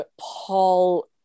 paul